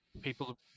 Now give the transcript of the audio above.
people